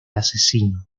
asesino